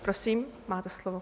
Prosím, máte slovo.